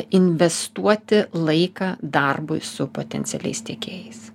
investuoti laiką darbui su potencialiais tiekėjais